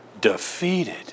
defeated